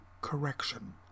correction